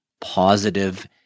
positive